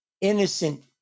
innocent